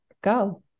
go